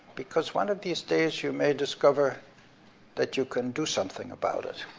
because one of these days, you may discover that you can do something about it.